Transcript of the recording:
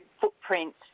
footprint